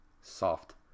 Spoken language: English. soft